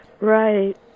Right